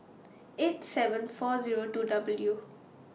eight seven four Zero two W due